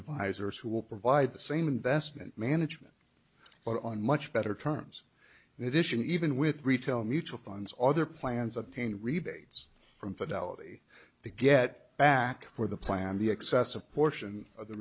advisors who will provide the same investment management but on much better terms edition even with retail mutual funds other plans of pain rebates from fidelity to get back for the plan the excessive portion of the